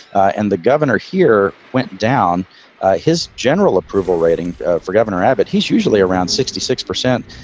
and the governor here went down his general approval rating for governor abbott. he's usually around sixty six percent,